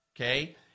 okay